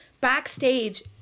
backstage